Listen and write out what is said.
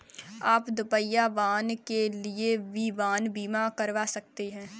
आप दुपहिया वाहन के लिए भी वाहन बीमा करवा सकते हैं